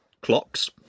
clocks